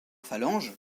phalange